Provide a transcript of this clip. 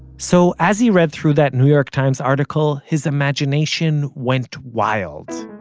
so as he read through that new york times article, his imagination went wild